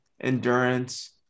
endurance